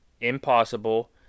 impossible